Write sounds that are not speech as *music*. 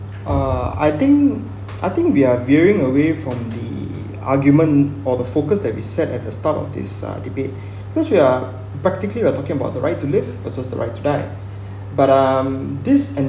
uh I think I think we are veering away from the argument or the focus that we set at the start of this uh debate *breath* because we are practically we are talking about the right to live assess the right to die *breath* but um this